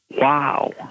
Wow